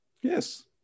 Yes